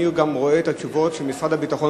אני גם רואה את התשובות שהמשרד לביטחון